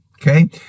Okay